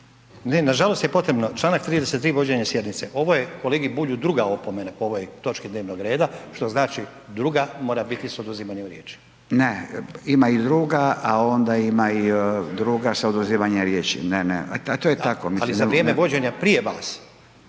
Ne, nažalost je potrebno. Čl. 33 vođenje sjednice. Ovo je kolegi Bulju 2. opomena po ovoj točki dnevnog reda, što znači druga, mora biti isto oduzimanje riječi. **Radin, Furio (Nezavisni)** Ne, ima i druga, a onda ima i druga sa oduzimanjem riječi. Ne, ne, to je tako. **Stazić, Nenad (SDP)** Ali za vrijeme vođenja prije vas,